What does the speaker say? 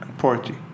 party